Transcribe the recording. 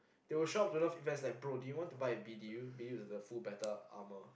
they will shop to Nerf events like bro do you want to buy a B_D_U B_D_U is the full battle armour